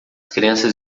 crianças